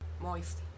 moist